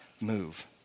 move